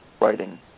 writing